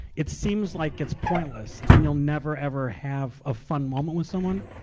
it seems like it's pointless, and you'll never, ever have a fun moment with someone.